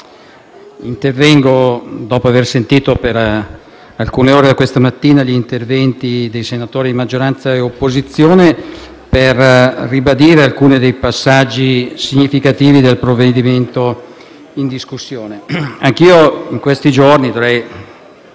intervengo dopo aver sentito per alcune ore, da questa mattina, gli interventi dei senatori di maggioranza e di opposizione, per ribadire alcuni dei passaggi significativi del provvedimento in discussione. Anch'io in questi giorni